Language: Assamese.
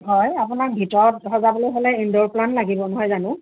হয় আপোনাক ভিতৰত সজাবলৈ হ'লে ইনডোৰ প্লেণ্ট লাগিব নহয় জানো